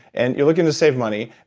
and you're looking to save money.